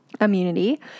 immunity